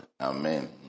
Amen